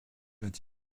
est